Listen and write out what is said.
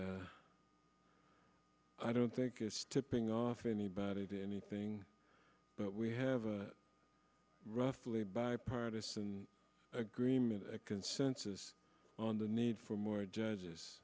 and i don't think it's tipping off anybody to anything but we have a roughly bipartisan agreement a consensus on the need for more judges